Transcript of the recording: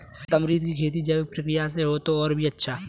tamarind की खेती जैविक प्रक्रिया से हो तो और भी अच्छा